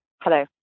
Hello